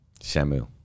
shamu